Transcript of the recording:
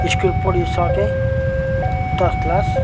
school पढिसकेँ दस class